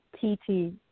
T-T